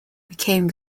became